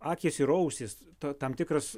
akys ir ausys ta tam tikras